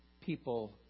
people